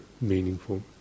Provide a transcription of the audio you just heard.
meaningful